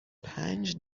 پنج